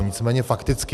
Nicméně fakticky.